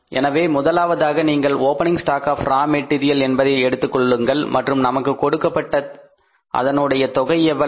எனவே முதலாவதாக நீங்கள் opening stock of raw material என்பதை எடுத்துக் கொள்ளுங்கள் மற்றும் நமக்கு கொடுக்கப்பட்ட அதனுடைய தொகை எவ்வளவு